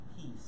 peace